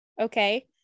Okay